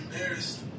embarrassed